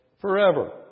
forever